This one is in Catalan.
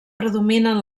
predominen